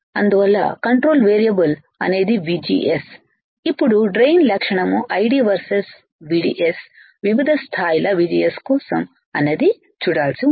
అందువల్ల control variable అనేది VGS ఇప్పుడు డ్రెయిన్ లక్షణము ID వెర్సస్ VDS వివిధ స్థాయిల VGS కోసం అన్నది చూడాల్సి ఉంది